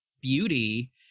beauty